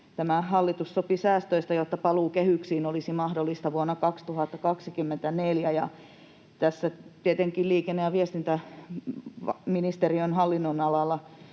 hallitus sopi säästöistä, jotta paluu kehyksiin olisi mahdollista vuonna 2024. Tässä tietenkin liikenne- ja viestintäministeriön hallinnonalalla